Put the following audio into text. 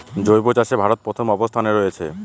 জৈব চাষে ভারত প্রথম অবস্থানে রয়েছে